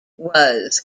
was